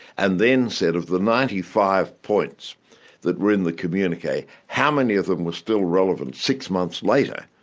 and then said of the ninety five points that were in the communique, how many of them were still relevant six months later,